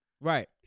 Right